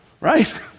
right